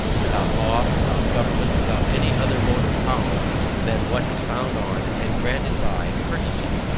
without law, without government, without any other mode of power than what is founded on, and granted by courtesy.